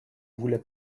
voulais